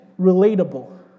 relatable